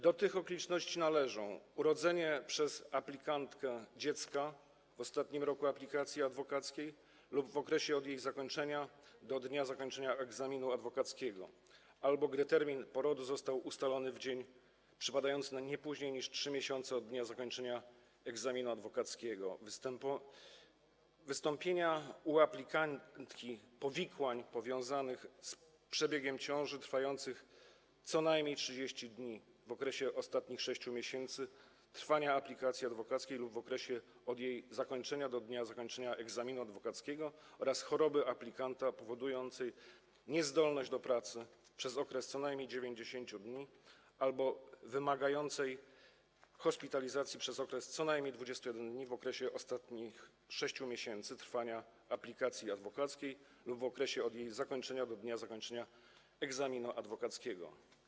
Do tych okoliczności należą: urodzenie przez aplikantkę dziecka w ostatnim roku aplikacji adwokackiej lub w okresie od jej zakończenia do dnia zakończenia egzaminu adwokackiego albo gdy termin porodu został ustalony na dzień przepadający nie później niż 3 miesiące od dnia zakończenia egzaminu adwokackiego, wystąpienie u aplikantki powikłań powiązanych z przebiegiem ciąży trwających co najmniej 30 dni w okresie ostatnich 6 miesięcy trwania aplikacji adwokackiej lub w okresie od jej zakończenia do dnia zakończenia egzaminu adwokackiego oraz choroba aplikanta powodująca niezdolność do pracy przez okres co najmniej 90 dni albo wymagająca hospitalizacji przez okres co najmniej 21 dni w okresie ostatnich 6 miesięcy trwania aplikacji adwokackiej lub w okresie od jej zakończenia do dnia zakończenia egzaminu adwokackiego.